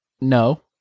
no